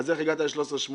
אז איך הגעת ל-13.80?